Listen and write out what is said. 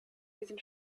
diesen